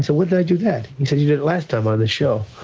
said, when did i do that? he said, you did it last time, on the show.